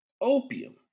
opium